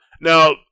Now